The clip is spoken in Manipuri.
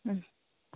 ꯎꯝ